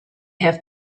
have